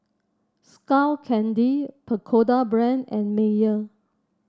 Skull Candy Pagoda Brand and Mayer